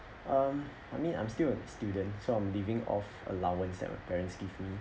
um I mean I'm still a student so I'm living off allowance that my parents give me